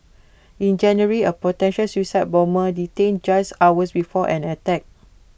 in January A potential suicide bomber detained just hours before an attack